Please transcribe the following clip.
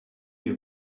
you